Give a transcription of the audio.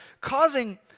causing